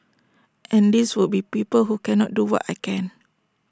and these would be people who cannot do what I can